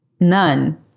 none